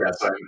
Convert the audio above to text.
yes